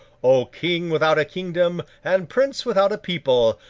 o king, without a kingdom, and prince without a people,